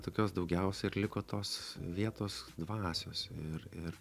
tokios daugiausia ir liko tos vietos dvasios ir ir